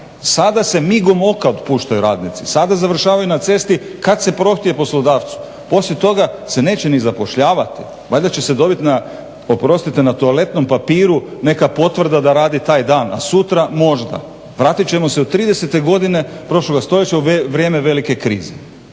Sada se migom oka otpuštaju radnici, sada završavaju na cesti kada se prohtje poslodavcu. Poslije toga se neće ni zapošljavati, valjda će se dobiti na oprostite na toaletnom papiru neka potvrda da radi taj dan, a sutra možda. Vratit ćemo se u tridesete godine prošloga stoljeća u vrijeme velike krize.